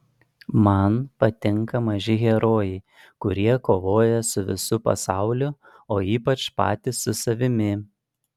man patinka maži herojai kurie kovoja su visu pasauliu o ypač patys su savimi